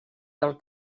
del